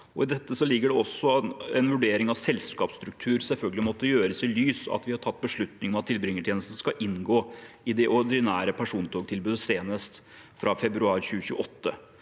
I dette ligger det også en vurdering om at en gjennomgang av selskapsstruktur selvfølgelig vil måtte gjøres i lys av at vi har tatt en beslutning om at tilbringertjenesten skal inngå i det ordinære persontogtilbudet senest fra februar 2028.